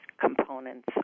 components